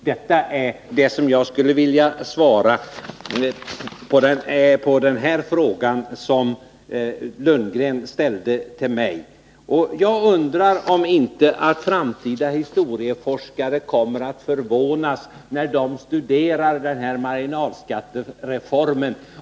Detta är vad jag skulle vilja svara på frågan som Bo Lundgren ställde till mig. Jag undrar om inte framtida historieforskare kommer att förvånas när de studerar den här marginalskattereformen.